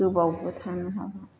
गोबावबो थानो हाला